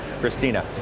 christina